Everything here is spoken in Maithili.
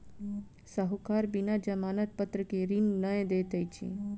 साहूकार बिना जमानत पत्र के ऋण नै दैत अछि